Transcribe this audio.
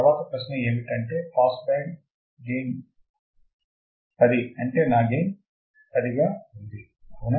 తరువాత ప్రశ్న ఏమిటంటే పాస్ బ్యాండ్ గెయిన్ యొక్క 10 అంటే నా గెయిన్ 10 గా ఉంది అవునా